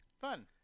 fun